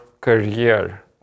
career